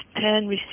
ten